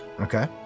okay